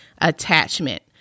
attachment